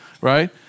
right